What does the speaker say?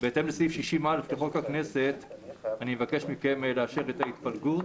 בהתאם לסעיף 60א לחוק הכנסת אני אבקש מכם לאשר את ההתפלגות.